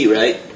right